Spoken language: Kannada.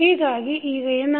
ಹೀಗಾಗಿ ಈಗ ಏನಾಗುತ್ತದೆ